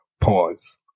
Pause